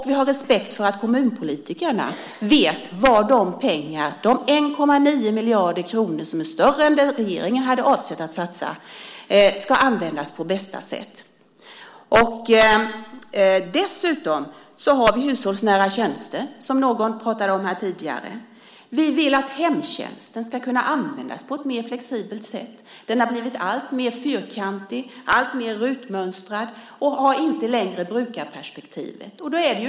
Vi har respekt för att kommunpolitikerna vet var de pengarna, de 1,9 miljarder kronor, som är mer än vad den förra regeringen hade avsett att satsa, ska användas på bästa sätt. Dessutom har vi hushållsnära tjänster, som någon pratade om här tidigare. Vi vill att hemtjänsten ska kunna användas på ett mer flexibelt sätt. Den har blivit alltmer fyrkantig och alltmer rutmönstrad och har inte längre brukarperspektivet.